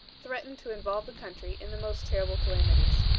threatened to involve the country in the most terrible calamities.